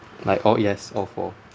like oh yes all four